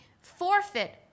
forfeit